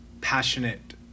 passionate